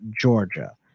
Georgia